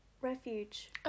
Refuge